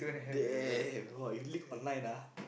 damn !wah! if leak online ah